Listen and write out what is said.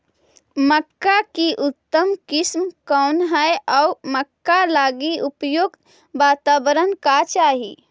मक्का की उतम किस्म कौन है और मक्का लागि उपयुक्त बाताबरण का चाही?